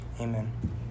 Amen